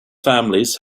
families